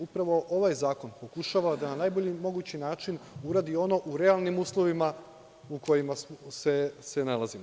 Upravo ovaj zakon pokušava da na najbolji mogući način uradi ono u realnim uslovima u kojima se nalazimo.